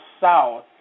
south